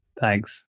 Thanks